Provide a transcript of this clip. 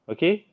Okay